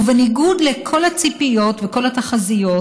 ובניגוד לכל הציפיות ולכל התחזיות,